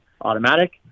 automatic